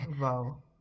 Wow